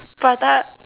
prata